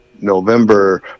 november